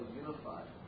unified